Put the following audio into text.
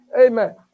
Amen